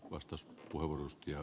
arvoisa puhemies